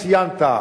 ציינת,